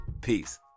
Peace